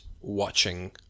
watching